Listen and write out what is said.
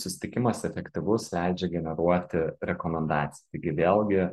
susitikimas efektyvus leidžia generuoti rekomendaciją taigi vėlgi